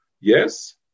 yes